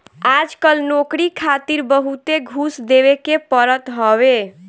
आजकल नोकरी खातिर बहुते घूस देवे के पड़त हवे